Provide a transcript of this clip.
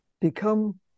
become